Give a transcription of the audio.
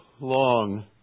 long